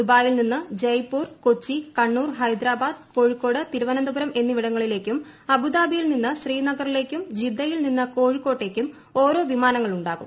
ദുബായിൽ നിന്ന് ജയ്പൂർ കൊച്ചി കുണ്ണൂർ ഹൈദരാബാദ് കോഴിക്കോട് തിരുവനന്തപുരം എന്നിവിട്ടുട്ടളിലേക്കും അബുദാബിയിൽ നിന്ന് ശ്രീനഗറിലേക്കും ജിദ്ദയിൽ നിന്ന് കോഴിക്കോട്ടേക്കും ഓരോ വിമാനങ്ങളുണ്ടാകും